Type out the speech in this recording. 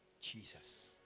Jesus